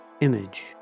image